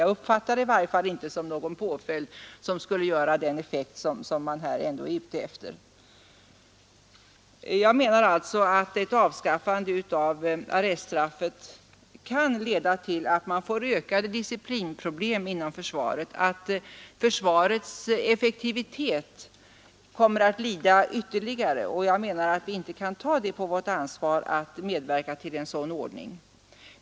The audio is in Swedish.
Jag uppfattar det i varje fall inte som någon påföljd som skulle ge den effekt man är ute efter. Jag menar alltså att ett avskaffande av arreststraffet kan leda till att man får ökade disciplinproblem inom försvaret, att försvarets effektivitet kommer att lida ytterligare. Jag menar att vi inte kan ta en sådan ordning på vårt ansvar.